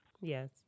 Yes